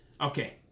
Okay